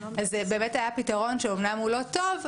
זה באמת היה פתרון שאמנם הוא לא טוב,